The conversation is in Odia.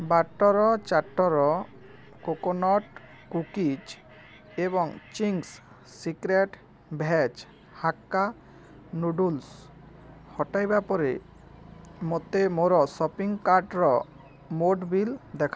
ବାଟ୍ଟର ଚାଟ୍ଟର କୋକୋନଟ୍ କୁକିଜ୍ ଏବଂ Ching's secret veg hakka noodles ହଟାଇବା ପରେ ମୋତେ ମୋର ସପିଂ କାର୍ଟ୍ର ମୋଟ ବିଲ୍ ଦେଖାନ୍ତୁ